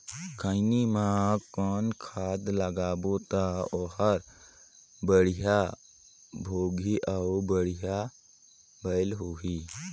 खैनी मा कौन खाद लगाबो ता ओहार बेडिया भोगही अउ बढ़िया बैल होही?